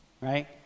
right